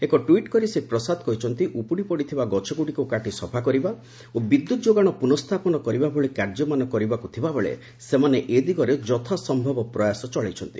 ଏକ ଟ୍ୱିଟ୍ କରି ଶ୍ରୀ ପ୍ରସାଦ କହିଛନ୍ତି ଉପୁଡ଼ି ପଡ଼ିଥିବା ଗଛଗୁଡ଼ିକୁ କାଟି ସଫା କରିବା ଓ ବିଦ୍ୟୁତ୍ ଯୋଗାଣ ପୁନସ୍ଥାପନ କରିବା ଭଳି କାର୍ଯ୍ୟମାନ କରିବାକୁ ଥିବାବେଳେ ସେମାନେ ଏଦିଗରେ ଯଥାସ୍ୟବ ପ୍ରୟାସ ଚଳେଇଛନ୍ତି